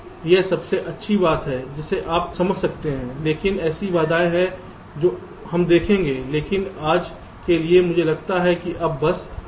यह सबसे अच्छी बात है जिसे आप सही समझ सकते हैं लेकिन ऐसी बाधाएं हैं जो हम देखेंगे लेकिन आज के लिए मुझे लगता है कि यह सब है